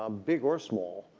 um big or small,